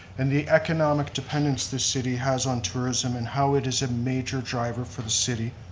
and the economic dependence this city has on tourism and how it is a major driver for the city.